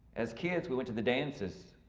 as kids, we went to the dances,